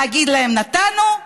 להגיד להם: נתנו,